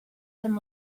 them